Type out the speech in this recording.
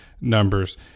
numbers